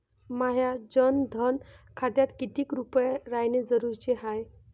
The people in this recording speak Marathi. माह्या जनधन खात्यात कितीक रूपे रायने जरुरी हाय?